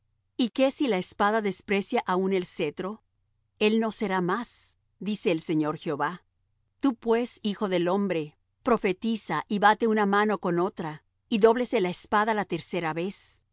y qué si la espada desprecia aun el cetro el no será más dice el señor jehová tú pues hijo del hombre profetiza y bate una mano con otra y dóblese la espada la tercera vez